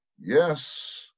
yes